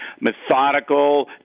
methodical